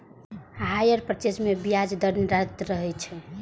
hire purchase मे ब्याज दर निर्धारित रहै छै